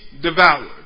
devoured